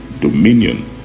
dominion